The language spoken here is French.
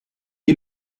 est